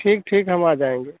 ठीक ठीक हम आ जाएंगे